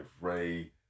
Ray